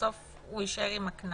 שבסוף הוא יישאר עם הקנס